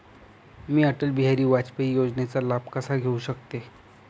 मी अटल बिहारी वाजपेयी योजनेचा लाभ कसा घेऊ शकते?